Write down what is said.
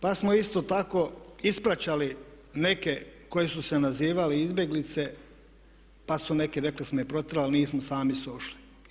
Pa smo isto tako ispraćali neke koji su se nazivali izbjeglice pa su neki rekli smo i protjerali, nismo, sami su otišli.